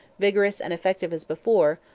vigorous and effective as before,